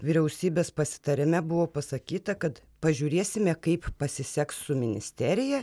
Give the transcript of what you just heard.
vyriausybės pasitarime buvo pasakyta kad pažiūrėsime kaip pasiseks su ministerija